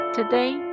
Today